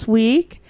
week